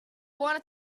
wanna